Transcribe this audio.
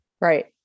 Right